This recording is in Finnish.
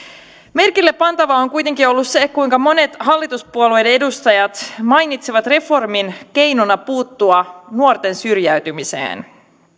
merkillepantavaa on kuitenkin ollut se kuinka monet hallituspuolueiden edustajat mainitsivat reformin keinona puuttua nuorten syrjäytymiseen